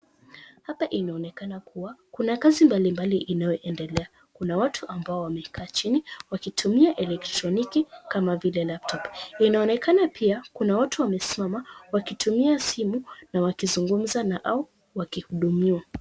Hapa inaonekana kuwa, kuna kazi mbalimbali inayoendelea, kuna watu ambao wamekaa chini wakitumia elektroniki kama vile laptop . Inaonekana pia kuna waytu wamesimama wakitumia simu na wakizungumza na au wakihudumiwa.